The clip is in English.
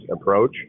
approach